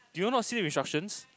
did y'all not see the instructions